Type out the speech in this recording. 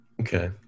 Okay